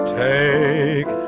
take